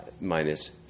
minus